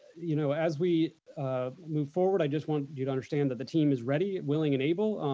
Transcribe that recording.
you know as we move forward, i just want you to understand that the team is ready, willing and able,